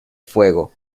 fuego